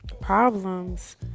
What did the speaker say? problems